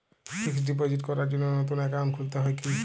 Fix deposit করার জন্য নতুন অ্যাকাউন্ট খুলতে হয় কী?